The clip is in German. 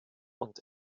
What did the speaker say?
und